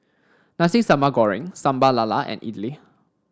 Nasi Sambal Goreng Sambal Lala and idly